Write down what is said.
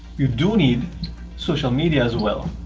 you do need social media as well.